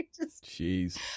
Jeez